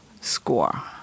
score